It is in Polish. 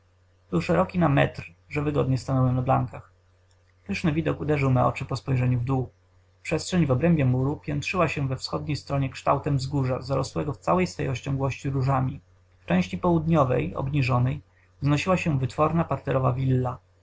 był szeroki na metr że wygodnie stanąłem na blankach pyszny widok uderzył me oczy po spojrzeniu w dół przestrzeń w obrębie muru piętrzyła się we wschodniej stronie kształtem wzgórza zarosłego w całej swej rozciągłości różami w części południowej obniżonej wznosiła się wytworna parterowa willa